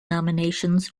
nominations